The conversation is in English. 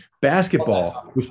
basketball